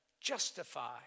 justify